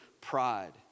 pride